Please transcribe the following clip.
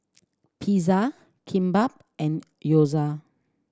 Pizza Kimbap and Gyoza